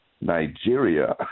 Nigeria